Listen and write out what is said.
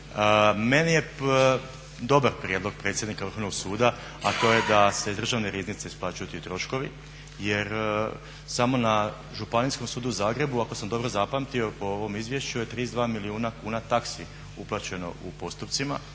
Meni je dobar prijedlog predsjednika Vrhovnog suda, a to je da se iz Državne riznice isplaćuju ti troškovi jer samo na Županijskom sudu u Zagrebu ako sam dobro zapamtio po ovom izvješću je 32 milijuna kuna taksi uplaćeno u postupcima.